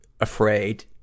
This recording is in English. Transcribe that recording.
afraid